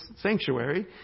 sanctuary